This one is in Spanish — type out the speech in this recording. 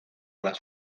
las